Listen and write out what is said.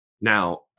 now